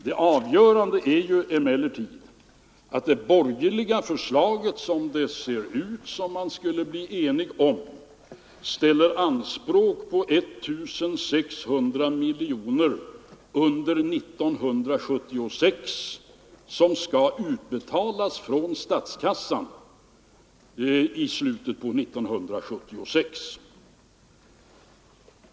Det avgörande är emellertid att det borgerliga förslaget — och det ser ut som om man skulle bli enig om det — ställer anspråk på 1 600 miljoner under 1976, som skall utbetalas från statskassan i slutet av det året.